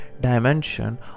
dimension